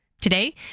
Today